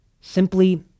simply